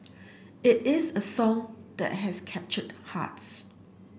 it is a song that has captured hearts